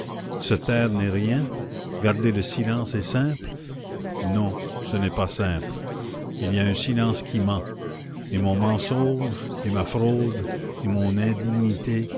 se taire n'est rien garder le silence est simple non ce n'est pas simple il y a un silence qui ment et mon mensonge et ma fraude et mon indignité